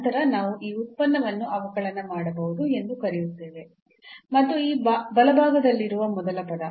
ನಂತರ ನಾವು ಈ ಉತ್ಪನ್ನವನ್ನು ಅವಕಲನ ಮಾಡಬಹುದು ಎಂದು ಕರೆಯುತ್ತೇವೆ ಮತ್ತು ಈ ಬಲಭಾಗದಲ್ಲಿರುವ ಮೊದಲ ಪದ